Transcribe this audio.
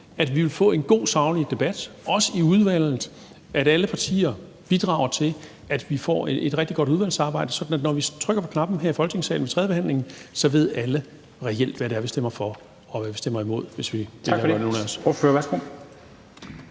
at vi vil få en god, saglig debat, også i udvalget, og at alle partier bidrager til, at vi får et rigtig godt udvalgssamarbejde, sådan at når vi trykker på knappen her i Folketingssalen ved tredjebehandlingen, ved alle reelt, hvad det er, vi stemmer for – eller stemmer imod. Kl. 21:13 Formanden (Henrik